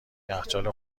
یخچال